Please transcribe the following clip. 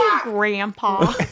Grandpa